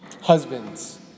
Husbands